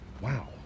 Wow